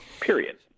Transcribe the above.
period